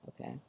Okay